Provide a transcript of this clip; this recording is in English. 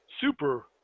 super